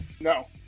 No